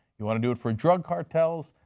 you want to do it for drug cartels,